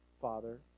Father